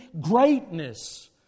greatness